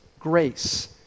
grace